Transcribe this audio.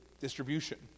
distribution